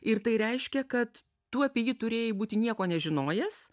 ir tai reiškia kad tu apie jį turėjai būti nieko nežinojęs